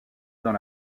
dans